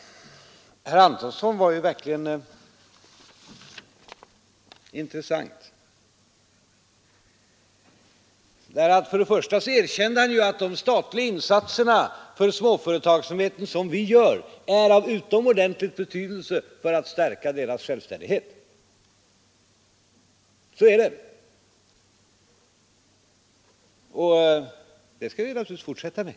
Herr Antonsson var verkligen intressant. För det första erkände han att de statliga insatserna för småföretagsamheten är av utomordentlig betydelse för att stärka dess självständighet. Ja, så är det. Dessa insatser skall vi naturligtvis fortsätta med.